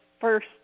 first